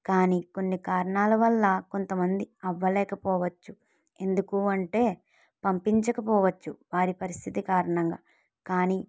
కానీ కొన్ని కారణాలవల్ల కొంతమంది అవ్వలేకపోవచ్చు ఎందుకు అంటే పంపించకపోవచ్చు వారి పరిస్థితి కారణంగా కానీ